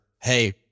hey